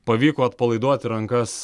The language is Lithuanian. pavyko atpalaiduoti rankas